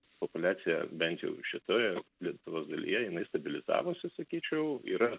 populiacija bent jau šitoje lietuvos dalyje jinai stabilizavosi sakyčiau yra